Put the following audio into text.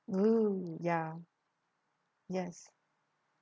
oo ya yes